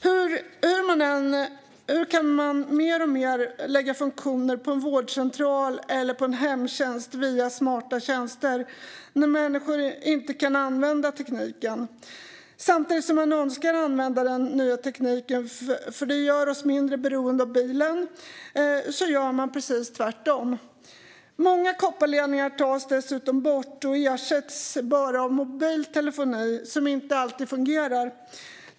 Hur kan man alltmer lägga funktioner vid en vårdcentral eller en hemtjänst via "smarta tjänster" när människor inte kan använda tekniken? Samtidigt som man önskar använda den nya tekniken eftersom den gör oss mindre beroende av bilen gör man precis tvärtom. Många kopparledningar tas bort och ersätts bara av mobil telefoni, som inte alltid fungerar.